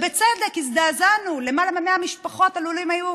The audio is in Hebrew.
ובצדק הזדעזענו: למעלה מ-100 משפחות עלולות היו